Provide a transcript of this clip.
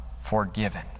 forgiven